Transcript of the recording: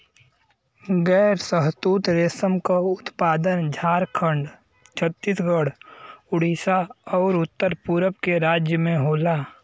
गैर शहतूत रेशम क उत्पादन झारखंड, छतीसगढ़, उड़ीसा आउर उत्तर पूरब के राज्य में होला